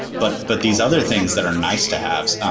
but but these other things that are nice to have, um